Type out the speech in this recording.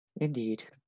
Indeed